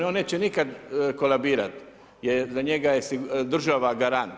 On neće nikada kolabirati, jer na njega je država garant.